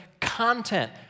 content